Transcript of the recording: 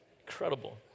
Incredible